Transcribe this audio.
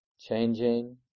changing